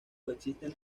coexisten